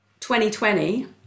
2020